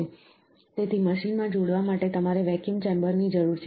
તેથી મશીનમાં જોડવા માટે તમારે વેક્યુમ ચેમ્બર ની જરૂર છે